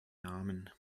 namen